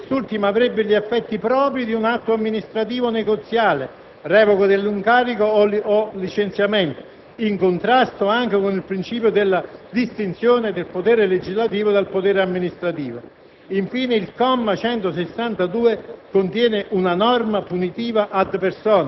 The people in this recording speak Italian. Infatti, se il Parlamento convertisse il decreto-legge in legge, quest'ultima avrebbe gli effetti propri di un atto amministrativo o negoziale (revoca dell'incarico e/o licenziamento), in contrasto anche con il principio della distinzione del potere legislativo dal potere amministrativo.